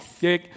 Yes